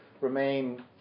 remain